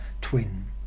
twin